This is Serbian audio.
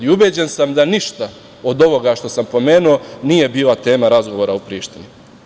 Ubeđen sam da ništa od ovoga što sam pomenuo nije bila tema razgovora u Prištini.